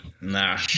Nah